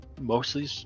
mostly